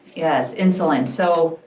yes, insulin, so,